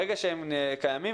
ברגע שהם קיימים,